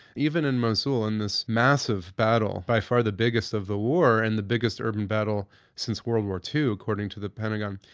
even in mosul, in this massive battle, by far the biggest of the war and the biggest urban battle since world war ii, according to the pentagon,